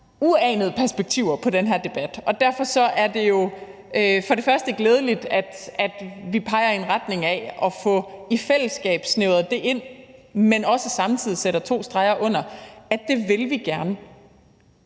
uanede perspektiver på den her debat, og derfor er det jo for det første glædeligt, at vi peger i en retning af i fællesskab at få snævret det ind, men også samtidig sætter to streger under, at det vil vi gerne.